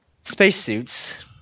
spacesuits